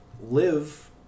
live